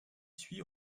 suit